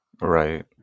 Right